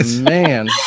man